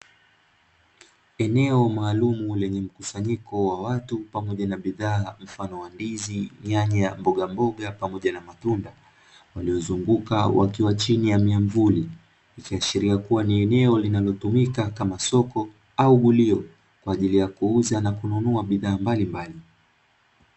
Eneo maalumu lenye na mkusanyiko wa watu pamoja na bidhaa mfano wa ndizi, nyanya, mbogamboga pamoja na matunda, waliozunguka wakiwa chini ya miamvuli likiashiria kua ni eneo linalotumika kamasoko au gulio kwa ajili ya kuuza na kununua bidhaa mbalimbali.